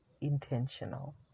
intentional